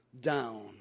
down